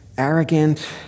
Arrogant